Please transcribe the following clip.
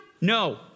No